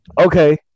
Okay